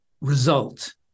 result